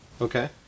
Okay